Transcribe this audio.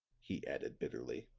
he added bitterly